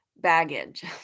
Baggage